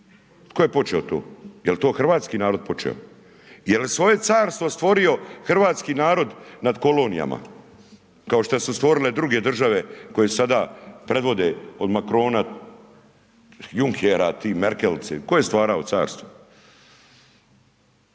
Tko je počeo to? Jel to hrvatski narod počeo? Jel svoje carstvo stvorio hrvatski narod nad kolonijama kao što su stvorile druge države koje sada predvode od Macrona, Junckera, tih Merkelice, tko je stvarao carstvo?